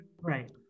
right